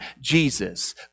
Jesus